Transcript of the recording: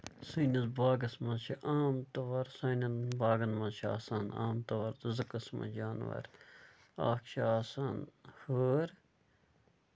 سٲنِس باغَس منٛز چھِ عام طور سانیٚن باغن منٛز چھِ آسان عام طور زٕ قٔسمٕکۍ جانور اکھ چھُ آسان ہٲر